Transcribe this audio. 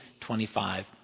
25